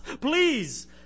please